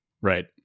Right